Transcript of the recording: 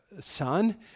son